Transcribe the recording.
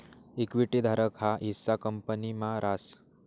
equity धारक ना हिस्सा कंपनी मा रास